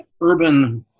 urban